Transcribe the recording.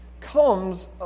comes